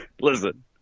Listen